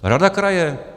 Rada kraje.